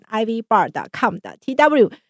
ivbar.com.tw